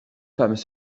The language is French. femmes